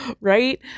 right